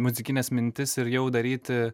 muzikines mintis ir jau daryti